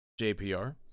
jpr